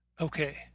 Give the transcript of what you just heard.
Okay